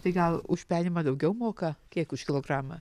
tai gal už penimą daugiau moka kiek už kilogramą